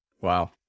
Wow